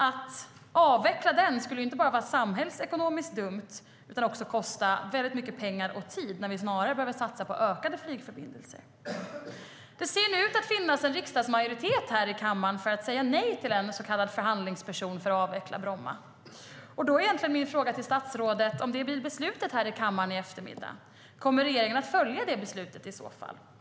Att avveckla den skulle inte bara vara samhällsekonomiskt dumt utan också kosta väldigt mycket pengar och tid, när vi snarare behöver satsa på ökade flygförbindelser. Det ser nu ut att finnas en riksdagsmajoritet här i kammaren för att säga nej till en så kallad förhandlingsperson för att avveckla Bromma. Då har jag en fråga till statsrådet. Om detta blir beslutet här i kammaren i eftermiddag, kommer regeringen då att följa det beslutet?